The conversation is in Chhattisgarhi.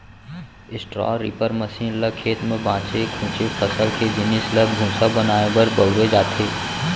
स्ट्रॉ रीपर मसीन ल खेत म बाचे खुचे फसल के जिनिस ल भूसा बनाए बर बउरे जाथे